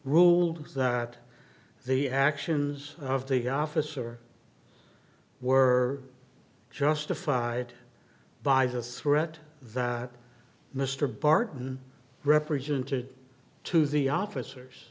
ruled that the actions of the officer were justified by the threat that mr barton represented to the officers